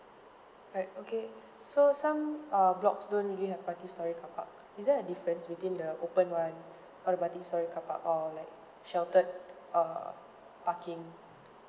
right okay so some uh blocks don't really have multistorey carpark is there a difference between the open one or the multistorey carpark or like sheltered err parking